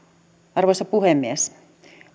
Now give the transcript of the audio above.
arvoisa puhemies